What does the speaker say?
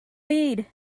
weed